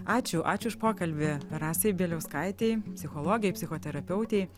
ačiū ačiū už pokalbį rasai bieliauskaitei psichologei psichoterapeutei